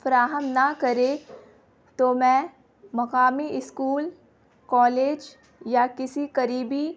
فراہم نہ کرے تو میں مقامی اسکول کالج یا کسی قریبی